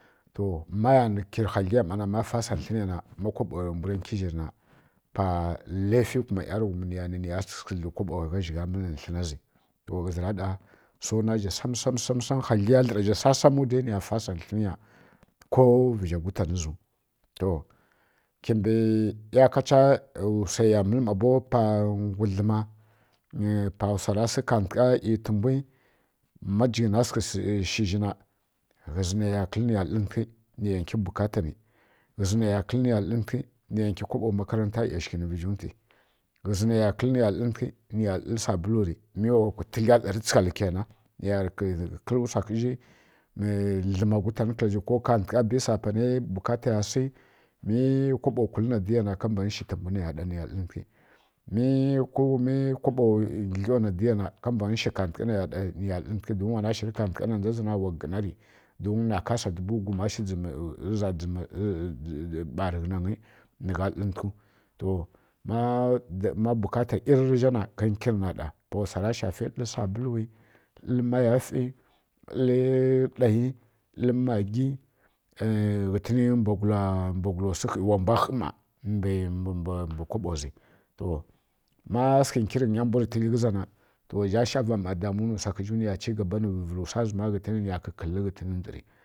To maya nǝ kirǝ haglǝ yua mana ma fasa tlǝnǝya na ma kwaɓowai mbura nkǝ zhina pa laifi niya nǝ kuma yaruwghum niya dlu kaɓowa gha zhighara mǝlǝ tlǝna zi nto ghǝzǝ a sa zha taɓa sam sam sam sam samwu niya fasa tlǝnǝya ko vǝzha gutanǝ ziu to kimbǝ iyakacha wsaiya mǝlǝ ˈma bo pa ka ngwu dlǝma ˈyi wsara sǝ tǝmbwu ˈyi kantǝghana ma djighǝnǝ kaɓowa shi zhi na ghǝzi naiya si niya dlǝrǝntǝghi nya nki bukata ni ghǝzi naiya kǝl niya dlǝntǝghi niya nkyi kaɓo makaranta ˈyashǝghǝni vǝzhuntwi ghǝ naiyan kǝl niya dlǝntǝghi niya dlǝ sabulu ri mi wa tǝgla ɗarǝ tsǝghalǝ kyainanfa niya rǝ kǝl wsa khǝzhi dlǝma kutanǝ kilazhi mi kantǝgha na kǝlazhi bisa pana ri bukataya si kaɓowa kwul na diya na waya mbanǝ shi tǝmbwu nniya dlǝrtǝghi mi kaɓowa glau na di ya na wayi mbani shi kantǝgha niya dlǝrtǝghi ghama wana shiri kantǝgha na ndzazǝna wa ˈgǝna ri don na kasa dubu ghuma shi ɓa rǝ ghlunagyǝ nǝgha dlǝrtǝghu to ma bukata ˈirri zha na ka nkir na ɗa pa wsara shafi dlǝr sabulu ˈyaˈfi dlǝr ɗayi dlǝr magi ghǝtǝni mbwagula wsu khi wa mbwa khǝ ˈma mbǝ kaɓowa zi to ma sǝghǝ ki miya mbwu nga tǝgli ghǝza na to zha shava ˈma damu ǝ wsakhǝzhu niya chigaba nǝ vǝlǝ wsa zǝma ghǝtǝni niya kǝkǝlli ghǝtǝn ndǝndǝri